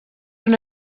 una